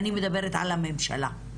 אני מדברת על הממשלה.